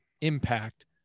impact